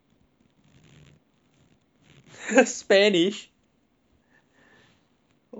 !huh! spanish why spanish